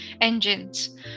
engines